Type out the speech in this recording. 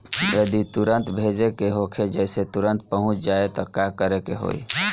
जदि तुरन्त भेजे के होखे जैसे तुरंत पहुँच जाए त का करे के होई?